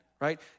right